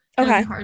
okay